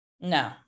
No